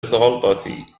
غلطتي